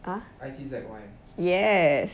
ah yes